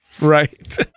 Right